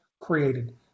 created